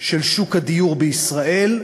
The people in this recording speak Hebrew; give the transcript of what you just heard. של שוק הדיור בישראל,